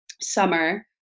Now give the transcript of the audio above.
summer